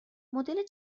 مدل